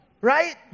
right